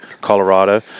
Colorado